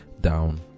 down